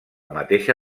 mateixa